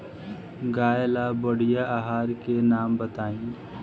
गाय ला बढ़िया आहार के नाम बताई?